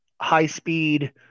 high-speed